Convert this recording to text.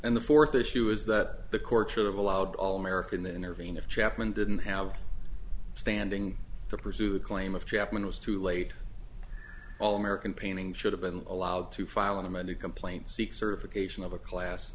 and the fourth issue is that the court should have allowed all american intervene if chapman didn't have standing to pursue the claim of chapman was too late all american painting should have been allowed to file an amended complaint seek certification of a class